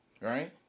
right